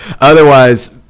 Otherwise